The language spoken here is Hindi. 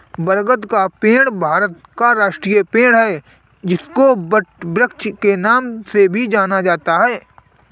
बरगद का पेड़ भारत का राष्ट्रीय पेड़ है इसको वटवृक्ष के नाम से भी जाना जाता है